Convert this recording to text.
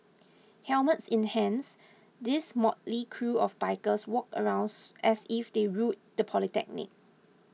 helmets in hands these motley crew of bikers walked around as if they ruled the polytechnic